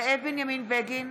זאב בנימין בגין,